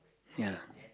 ya